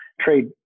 trade